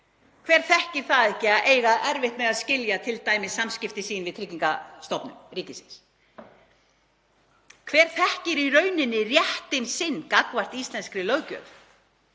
Hver þekkir það ekki að eiga erfitt með að skilja t.d. samskipti sín við Tryggingastofnun ríkisins? Hver þekkir í rauninni rétt sinn gagnvart íslenskri löggjöf?